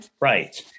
Right